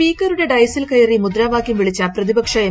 സ്പീക്കറുടെ ഡയസിൽ കയറി മുദ്രാവാകൃം വിളിച്ച പ്രതിപക്ഷ ന് എം